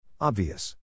Obvious